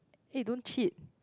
eh don't cheat